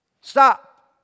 Stop